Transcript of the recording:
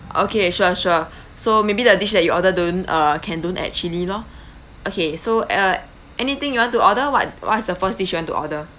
okay sure sure so maybe the dish that you order don't uh can don't add chili lor okay so uh anything you want to order what what's the first dish you want to order